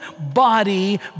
body